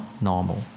normal